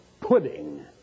pudding